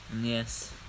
Yes